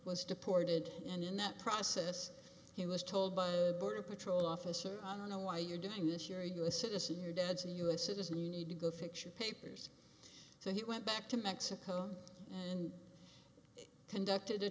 was deported and in that process he was told by the border patrol officer i don't know why you're doing this you're you a citizen your dad's a u s citizen you need to go fiction papers so he went back to mexico and conducted